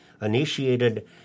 initiated